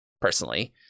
personally